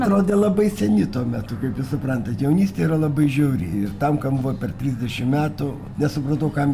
atrodė labai seni tuo metu kaip jūs suprantat jaunystė yra labai žiauri ir tam kam buvo per trisdešimt metų nesupratau kam jis